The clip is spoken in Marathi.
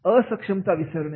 असक्षमता विसरणे